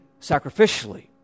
sacrificially